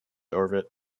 orbit